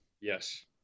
Yes